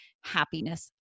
happiness